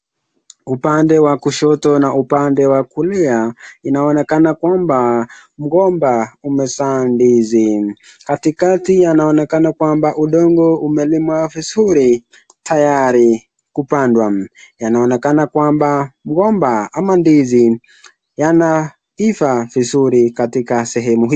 Upande wa kushoto na upande wa kulia, inaonekana kwamba mgomba umezaa ndizi. Katikati inaonekana kwamba udongo umelimwa vizuri tayari kupandwa. Inaonekana kwamba mgomba ama ndizi yanaivaa vizuri katika zehemu hii.